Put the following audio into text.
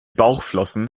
bauchflossen